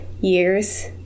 years